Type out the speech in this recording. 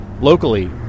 locally